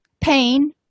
pain